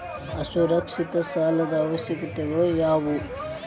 ಅಸುರಕ್ಷಿತ ಸಾಲದ ಅವಶ್ಯಕತೆಗಳ ಯಾವು